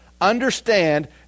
understand